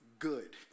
good